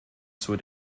zur